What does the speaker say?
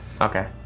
Okay